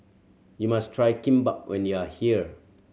you must try Kimbap when you are here